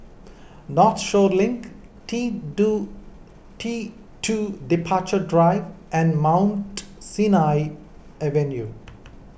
Northshore Link T two T two Departure Drive and Mount Sinai Avenue